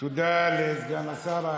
לסגן השר.